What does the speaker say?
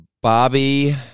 Bobby